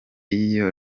y’iyo